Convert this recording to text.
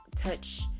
Touch